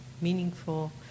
meaningful